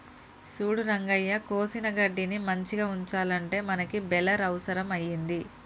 సూడు రంగయ్య కోసిన గడ్డిని మంచిగ ఉంచాలంటే మనకి బెలర్ అవుసరం అయింది